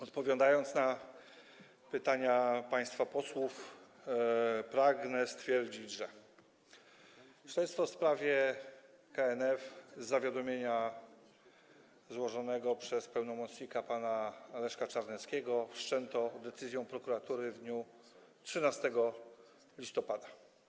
Odpowiadając na pytania państwa posłów, pragnę stwierdzić, że śledztwo w sprawie KNF z zawiadomienia złożonego przez pełnomocnika pana Leszka Czarneckiego wszczęto decyzją prokuratury w dniu 13 listopada.